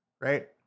right